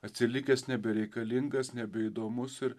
atsilikęs nebereikalingas nebeįdomus ir